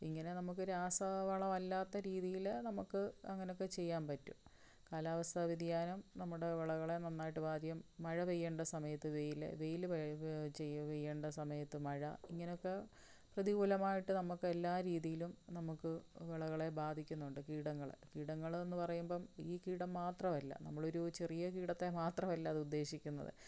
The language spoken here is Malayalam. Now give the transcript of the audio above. ഇങ്ങനെ നമുക്കു രാസവളമല്ലാത്ത രീതിയില് നമുക്ക് അങ്ങനൊക്കെ ചെയ്യാൻ പറ്റും കാലാവസ്ഥാ വ്യതിയാനം നമ്മുടെ വിളകളെ നന്നായിട്ട് ബാധിക്കും മഴ പെയ്യേണ്ട സമയത്ത് വെയില് വെയില് പെയ്യേണ്ട സമയത്ത് മഴ ഇങ്ങനൊക്കെ പ്രതികൂലമായിട്ട് നമുക്ക് എല്ലാ രീതിയിലും നമുക്കു വിളകളെ ബാധിക്കുന്നുണ്ട് കീടങ്ങള് കീടങ്ങളെന്നു പറയുമ്പോള് ഈ കീടം മാത്രമല്ല നമ്മളൊരു ചെറിയ കീടത്തെ മാത്രമല്ല അത് ഉദ്ദേശിക്കുന്നത്